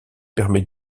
permet